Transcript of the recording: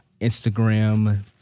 Instagram